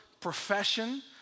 profession